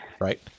Right